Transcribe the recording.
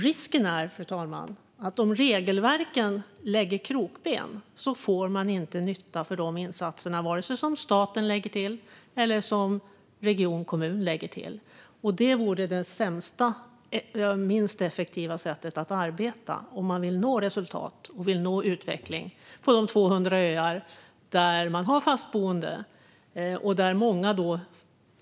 Risken är, fru talman, att man om regelverken lägger krokben inte får nytta av vare sig de insatser som staten lägger till eller de insatser som regionen och kommunen lägger till. Det vore det sämsta och minst effektiva sättet att arbeta om man vill nå resultat och utveckling på de 200 öar där det finns fastboende.